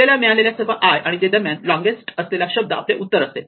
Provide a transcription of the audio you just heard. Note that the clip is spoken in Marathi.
आपल्याला मिळालेल्या सर्व i आणि j दरम्यान लोंगेस्ट असलेला शब्द आपले उत्तर असेल